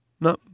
No